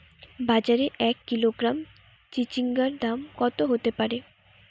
বাজারে এক কিলোগ্রাম চিচিঙ্গার দাম কত হতে পারে?